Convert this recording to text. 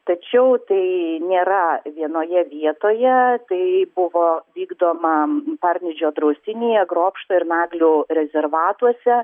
tačiau tai nėra vienoje vietoje tai buvo vykdoma parnidžio draustinyje grobšto ir naglių rezervatuose